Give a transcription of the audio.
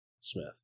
Smith